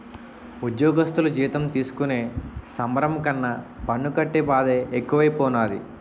ఉజ్జోగస్థులు జీతం తీసుకునే సంబరం కన్నా పన్ను కట్టే బాదే ఎక్కువైపోనాది